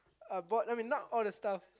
I bought I mean not all the stuff